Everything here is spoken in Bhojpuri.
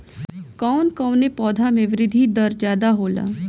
कवन कवने पौधा में वृद्धि दर ज्यादा होला?